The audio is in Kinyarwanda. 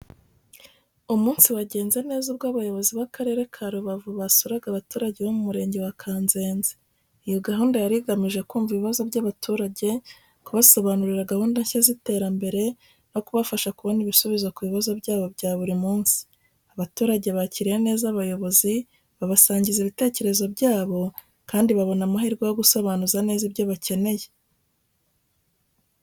Umunsi wagenze neza ubwo abayobozi b’Akarere ka Rubavu basuraga abaturage bo mu Murenge wa Kanzenze. Iyi gahunda yari igamije kumva ibibazo by’abaturage, kubasobanurira gahunda nshya z’iterambere, no kubafasha kubona ibisubizo ku bibazo byabo bya buri munsi. Abaturage bakiriye neza abayobozi, babasangiza ibitekerezo byabo kandi babona amahirwe yo gusobanuza neza ibyo bakeneye.